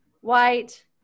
white